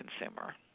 consumer